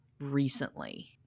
recently